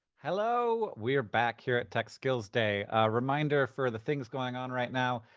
hello. we are back here at tech skills day. a reminder for the things going on right now.